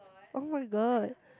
[oh]-my-god